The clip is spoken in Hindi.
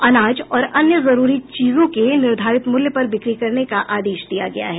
अनाज और अन्य जरूरी चीजों के निर्धारित मूल्य पर बिक्री करने का आदेश दिया गया है